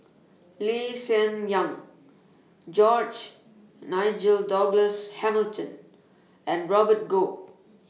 Lee Hsien Yang George Nigel Douglas Hamilton and Robert Goh